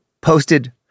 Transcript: posted